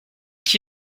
qui